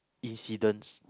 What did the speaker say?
incidents